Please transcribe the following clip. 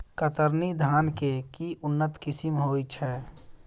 कतरनी धान केँ के उन्नत किसिम होइ छैय?